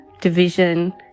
division